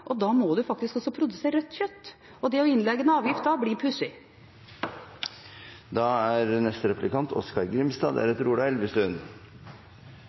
Da må man faktisk også produsere rødt kjøtt. Det å legge til en avgift da blir pussig.